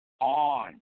on